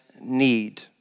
need